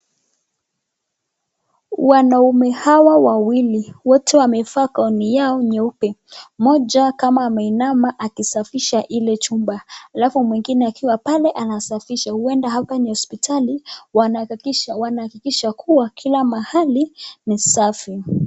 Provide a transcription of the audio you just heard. Wanaume hawa wawili wote wamevaa gown yao nyeupe, mmoja kama ameinama akisafisha ile chumba, alafu mwengine akiwa pale anasafisha, uenda hapa ni hospitali wanahakikisha kuwa kila mahali ni safi.